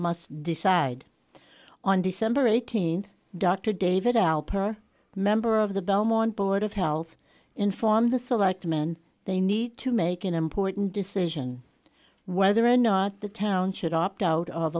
must decide on december eighteenth dr david out per member of the belmont board of health inform the selectmen they need to make an important decision whether or not the town should opt out of